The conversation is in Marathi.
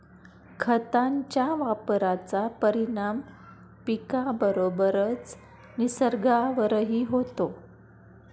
खतांच्या वापराचा परिणाम पिकाबरोबरच निसर्गावरही होतो